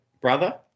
brother